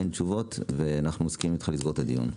אין תשובות ואנחנו מסכימים אתך שיש לסגור את הדיון.